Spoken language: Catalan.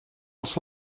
els